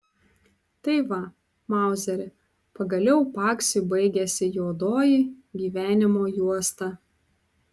tai va mauzeri pagaliau paksiui baigėsi juodoji gyvenimo juosta